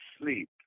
sleep